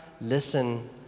listen